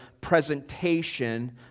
presentation